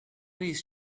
these